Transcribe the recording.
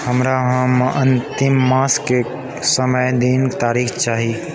हमरा अहाँ अंतिम मासके समय दिन तारीख चाही